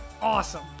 awesome